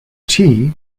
tea